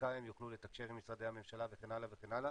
שדרכה הם יוכלו לתקשר עם משרדי הממשלה וכן הלאה וכן הלאה.